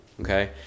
okay